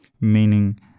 meaning